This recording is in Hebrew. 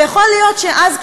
ויכול להיות שאז,